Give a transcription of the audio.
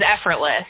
effortless